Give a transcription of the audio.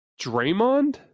Draymond